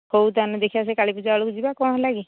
ହଉ ତ ଆମେ ଦେଖିବା ସେ କାଳୀ ପୂଜା ବେଳକୁ ଯିବା କ'ଣ ହେଲା କି